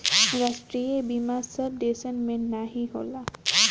राष्ट्रीय बीमा सब देसन मे नाही होला